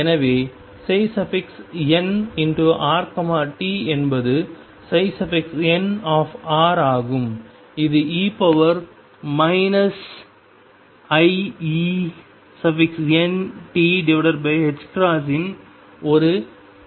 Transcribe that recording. எனவேnrt என்பது n ஆகும் இது e iEnt இன் ஒரு இடமாகும்